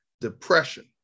depression